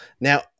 Now